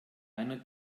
einer